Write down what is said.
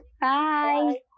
Bye